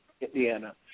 Indiana